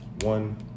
One